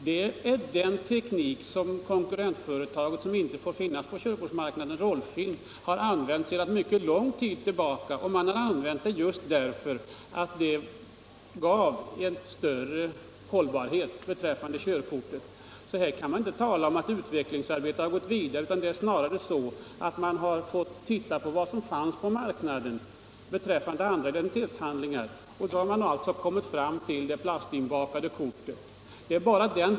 Det är samma teknik som konkurrentföretaget — som inte får finnas på körkortsmarknaden — har använt sedan mycket lång tid tillbaka, just därför att den ger en större hållbarhet. 180 Här kan man inte tala om att utvecklingsarbetet har gått vidare. Snarare är det så, att AB ID-kort har tittat på vad som finns på marknaden i fråga om andra identitetshandlingar och då kommit fram till det plastinbakade kortet.